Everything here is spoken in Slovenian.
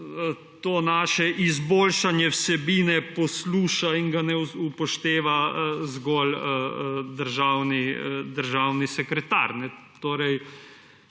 to naše izboljšanje vsebine posluša in ga ne upošteva zgolj državni sekretar.